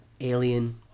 alien